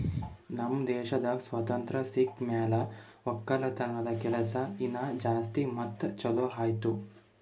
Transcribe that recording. ನಮ್ ದೇಶದಾಗ್ ಸ್ವಾತಂತ್ರ ಸಿಕ್ ಮ್ಯಾಲ ಒಕ್ಕಲತನದ ಕೆಲಸ ಇನಾ ಜಾಸ್ತಿ ಮತ್ತ ಛಲೋ ಆಯ್ತು